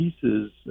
pieces